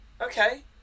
Okay